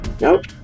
nope